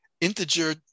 integer